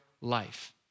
life